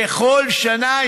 בכל שנה,